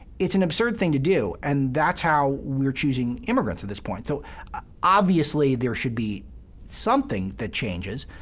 it's an absurd thing to do. and that's how we're choosing immigrants at this point. so obviously there should be something that changes.